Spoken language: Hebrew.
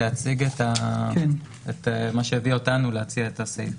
אני רק רוצה להציג מה הביא אותנו להציע את הסעיף.